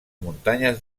muntanyes